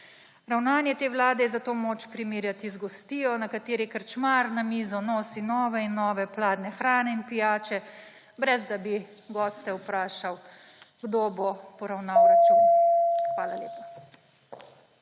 Ravnanje te vlade je zato moč primerjati z gostijo, na kateri krčmar na mizo nosi nove in nove pladnje hrane in pijače, brez da bi goste vprašal, kdo bo poravnal račun. Hvala lepa.